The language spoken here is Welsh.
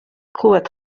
clywed